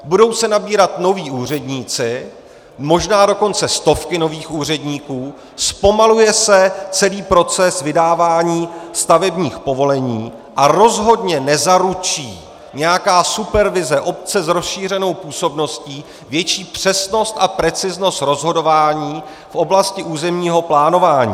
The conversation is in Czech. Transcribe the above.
Budou se nabírat noví úředníci, možná dokonce stovky nových úředníků, zpomaluje se celý proces vydávání stavebních povolení a rozhodně nezaručí nějaká supervize obce s rozšířenou působností větší přesnost a preciznost rozhodování v oblasti územního plánování.